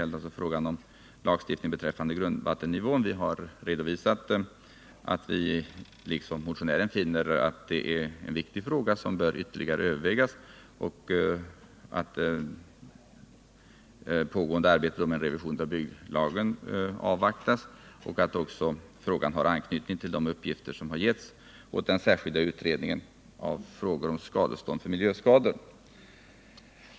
Motionen gäller lagstiftning beträffande grundvattennivån. I likhet med motionärerna finner utskottet att det är en viktig fråga som bör ytterligare övervägas. Emellertid bör pågående arbete med en revision av byggnadslagstiftningen avvaktas. Frågan har också anknytning till de uppgifter som getts åt den särskilda utredningen av frågor om skadestånd för miljöskador.